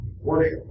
worship